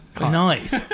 Nice